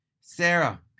Sarah